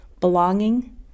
belonging